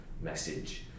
message